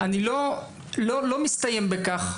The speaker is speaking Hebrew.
זה לא מסתיים בכך.